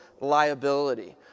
liability